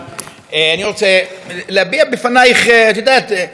אני רוצה להביע בפנייך להביע,